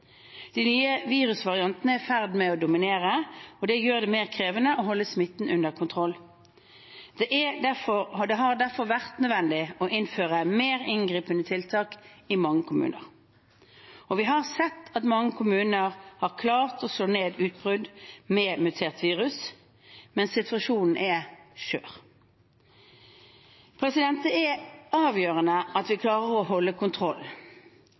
De nye virusvariantene er i ferd med å bli dominerende, og det gjør det mer krevende å holde smitten under kontroll. Det har derfor vært nødvendig å innføre mer inngripende tiltak i mange kommuner. Vi har sett at mange kommuner har klart å slå ned utbruddene med muterte virus, men situasjonen er skjør. Det er avgjørende at vi klarer å holde